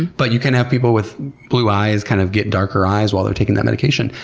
but you can have people with blue eyes kind of get darker eyes while they're taking that medication.